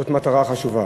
זאת מטרה חשובה.